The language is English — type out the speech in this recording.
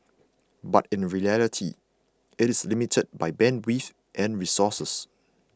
but in reality it is limited by bandwidth and resources